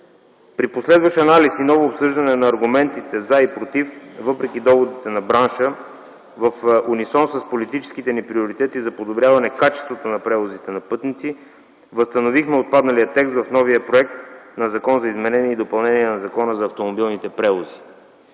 При последващ анализ и ново обсъждане на аргументите – „за” и „против”, въпреки доводите на бранша, в унисон с политическите ни приоритети за подобряване качеството на превозите на пътници, възстановихме отпадналия текст в новия проект на Закон за изменение и допълнение на Закона за автомобилните превози.